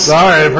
Sorry